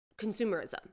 consumerism